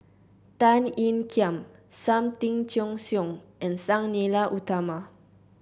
Tan Ean Kiam Sam Tan Chin Siong and Sang Nila Utama